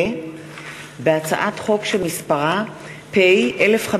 הצעת חוק החברות (תיקון,